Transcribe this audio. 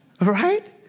Right